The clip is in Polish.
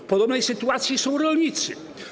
W podobnej sytuacji są rolnicy.